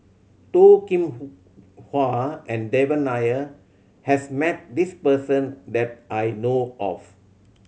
Toh Kim Hwa and Devan Nair has met this person that I know of